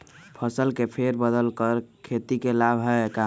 फसल के फेर बदल कर खेती के लाभ है का?